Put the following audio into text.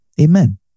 Amen